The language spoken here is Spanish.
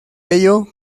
ello